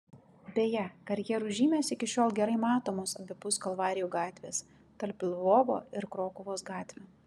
beje karjerų žymės iki šiol gerai matomos abipus kalvarijų gatvės tarp lvovo ir krokuvos gatvių